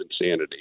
insanity